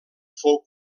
fou